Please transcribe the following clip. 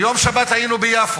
ביום שבת היינו ביפו,